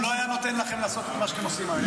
הוא לא היה נותן לכם לעשות את מה שאתם עושים היום.